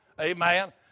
Amen